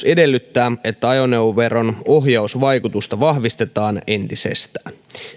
edellyttää että ajoneuvoveron ohjausvaikutusta vahvistetaan entisestään